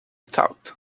thought